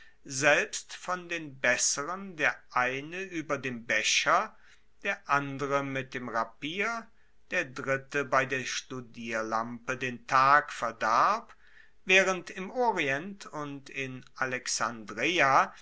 selbst von den besseren der eine ueber dem becher der andere mit dem rapier der dritte bei der studierlampe den tag verdarb waehrend im orient und in alexandreia